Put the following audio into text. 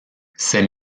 ses